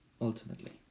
Ultimately